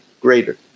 greater